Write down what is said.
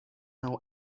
know